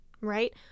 Right